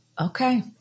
Okay